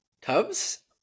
Tubs